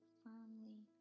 firmly